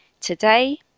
Today